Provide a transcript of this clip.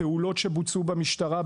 הפעולות שבוצעו במשטרה,